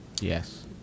Yes